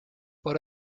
por